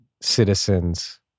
citizens